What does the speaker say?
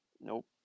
Nope